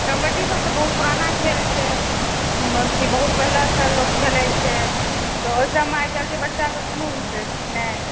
कबड्डी सभ तऽबहुत पुराना खेल छै बहुत पहिले से लोक खेलय छै तऽओहि सभमे आइकाल्हिकेँ बच्चा सभकेँ कोनो इन्ट्रेस्ट नहि